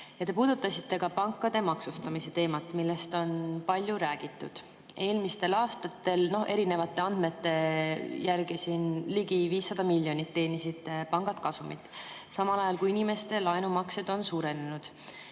Te puudutasite ka pankade maksustamise teemat, millest on palju räägitud. Eelmistel aastatel erinevate andmete järgi teenisid siin pangad ligi 500 miljonit kasumit, samal ajal kui inimeste laenumaksed on suurenenud.